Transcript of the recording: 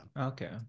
Okay